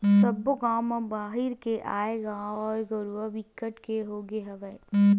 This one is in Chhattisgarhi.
सब्बो गाँव म बाहिर के आए गाय गरूवा बिकट के होगे हवय